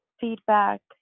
feedback